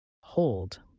Hold